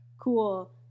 Cool